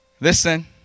Listen